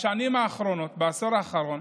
בשנים האחרונות, בעשור האחרון,